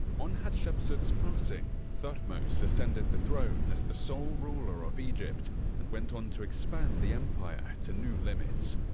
on hatsheput's passing, thutmose ascended the throne as the sole ruler of egypt and went on to expand the empire to new limits!